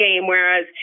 whereas